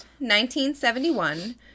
1971